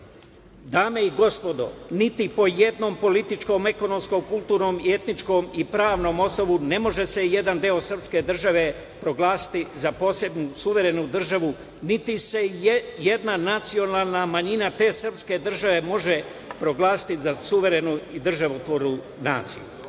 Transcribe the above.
i gospodo, niti po jednoj političkom, ekonomskom, kulturnom i etničkom i pravnom osnovu ne može se jedan deo srpske teritorije proglasiti za posebnu suverenu državu, niti se jedna nacionalna manjina te srpske države može proglasiti za suverenu i državotvornu